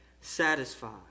satisfied